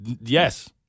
Yes